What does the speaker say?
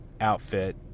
outfit